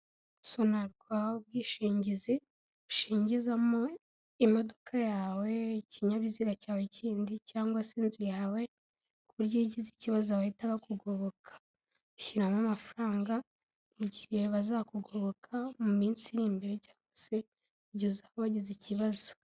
Sonarwa, ubwishingizi ushingizamo imodoka yawe, ikinyabiziga cyawe kindi, cyangwa se inzu yawe, ku buryogize ikibazo bahita bakugoboka shyiramo amafaranga mu gihe bazakugoboka mu minsi iri imbere, cyangwa se kugeza wagize ikibazo.